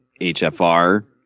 HFR